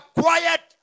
quiet